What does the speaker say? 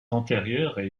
antérieures